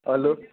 hello